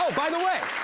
by the way.